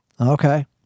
okay